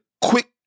quick